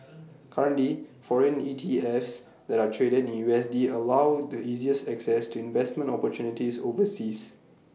currently foreign ETFs that are traded in U S D allow the easiest access to investment opportunities overseas